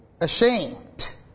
ashamed